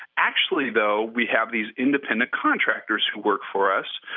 actually, though, we have these independent contractors who work for us,